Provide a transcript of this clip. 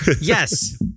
yes